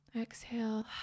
Exhale